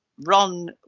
Ron